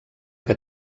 que